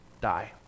die